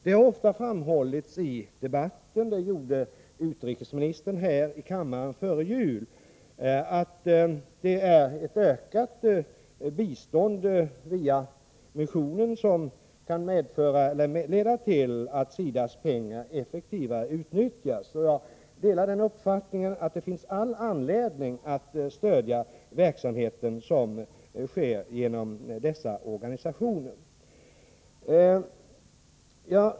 Det har ofta framhållits i debatter — det gjorde utrikesministern här i kammaren före jul — att ett ökat bistånd via missionen kan leda till att SIDA:s pengar utnyttjas effektivare. Jag delar uppfattningen att det finns all anledning att stödja den verksamhet som bedrivs av dessa organisationer.